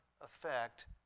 effect